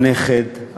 הנכד,